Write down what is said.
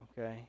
Okay